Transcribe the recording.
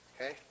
Okay